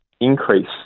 increase